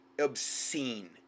obscene